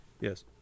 Yes